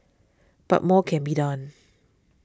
but more can be done